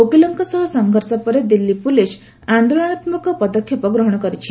ଓକିଲଙ୍କ ସହ ସଂଘର୍ଷ ପରେ ଦିଲ୍ଲୀ ପୁଲିସ୍ ଆନ୍ଦୋଳନାତ୍ମକ ପଦକ୍ଷେପ ଗ୍ରହଣ କରିଛି